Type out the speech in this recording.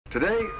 Today